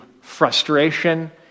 frustration